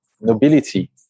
nobility